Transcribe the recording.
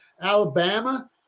Alabama